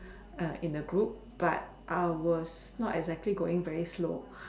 err in the group but I was not exactly going very slow